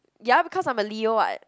ya because I'm a leo [what]